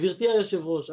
גברתי יושבת הראש,